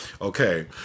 Okay